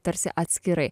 tarsi atskirai